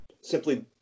simply